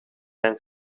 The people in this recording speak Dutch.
zijn